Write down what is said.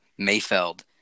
Mayfeld